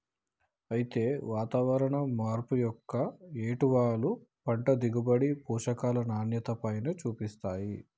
అయితే వాతావరణం మార్పు యొక్క ఏటవాలు పంట దిగుబడి, పోషకాల నాణ్యతపైన సూపిస్తాయి